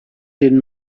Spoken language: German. den